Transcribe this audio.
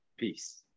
Peace